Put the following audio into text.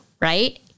right